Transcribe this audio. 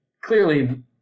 clearly